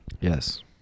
Yes